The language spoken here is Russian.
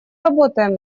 работаем